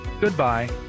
Goodbye